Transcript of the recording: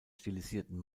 stilisierten